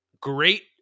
great